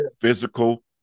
physical